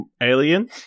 alien